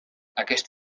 aquest